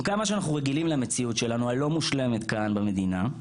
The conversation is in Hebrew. עם כמה שאנחנו רגילים למציאות שלנו הלא מושלמת כאן במדינה,